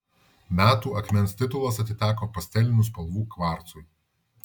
metų akmens titulas atiteko pastelinių spalvų kvarcui